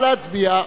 נא להצביע.